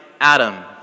Adam